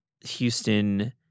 Houston